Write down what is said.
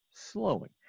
slowing